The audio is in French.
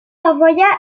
envoya